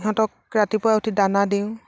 সিহঁতক ৰাতিপুৱা উঠি দানা দিওঁ